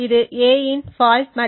இது a இன் fault மதிப்பு